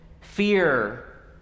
fear